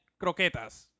croquetas